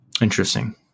Interesting